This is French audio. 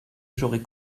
j’aurais